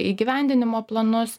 įgyvendinimo planus